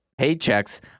paychecks